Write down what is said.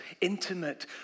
intimate